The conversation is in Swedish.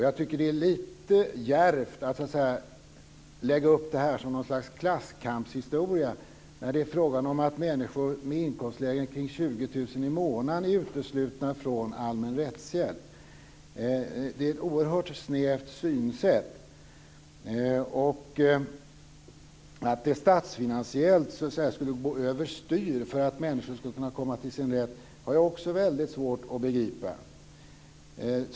Jag tycker att det är lite djärvt att lägga upp detta som något slags klasskampshistoria, när det är fråga om att människor med inkomstlägen kring 20 000 kr i månaden är uteslutna från allmän rättshjälp. Det är ett oerhört snävt synsätt. Att det statsfinansiellt skulle gå över styr för att människor skulle kunna hävda sin rätt har jag också väldigt svårt att begripa.